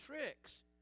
tricks